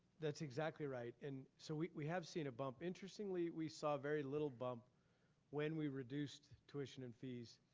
that's exactly right. and so we we have seen a bump. interestingly, we saw very little bump when we reduced tuition and fees,